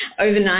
overnight